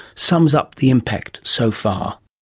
sums up the impact so far.